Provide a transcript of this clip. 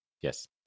Yes